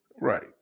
right